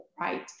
right